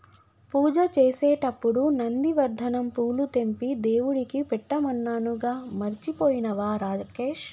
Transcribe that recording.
పూజ చేసేటప్పుడు నందివర్ధనం పూలు తెంపి దేవుడికి పెట్టమన్నానుగా మర్చిపోయినవా రాకేష్